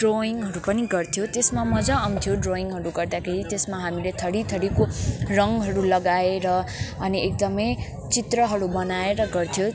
ड्रोइङहरू पनि गर्थ्यो त्यसमा मज्जा आउँथ्यो ड्रोइङहरू गर्दाखेरि त्यसमा हामीले थरिथरिको रङहरू लगाएर अनि एकदमै चित्रहरू बनाएर गर्थ्यो